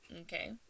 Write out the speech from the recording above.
Okay